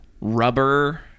rubber